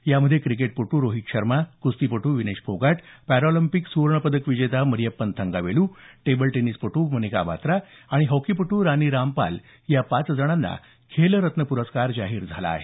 यामध्ये क्रिकेटपटू रोहित शर्मा कुस्तीपटू विनेश फोगाट पॅराऑलिम्पिक सुवर्ण पदक विजेता मरियप्पन थंगावेलू टेबल टेनिसपटू मनिका बत्रा आणि हॉकीपटू रानी रामपाल या पाच जणांना खेलरत्न पुरस्कार जाहीर झाला आहे